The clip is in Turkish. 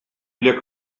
bile